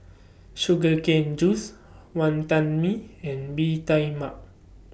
Sugar Cane Juice Wantan Mee and Bee Tai Mak